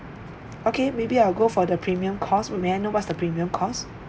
okay maybe I'll go for the premium cost may I know what's the premium cost